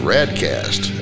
Radcast